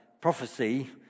prophecy